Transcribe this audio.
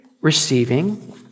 receiving